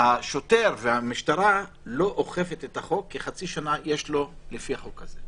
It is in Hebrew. השוטר והמשטרה לא אוכפים את החוק כי חצי שנה יש לו לפי החוק הזה.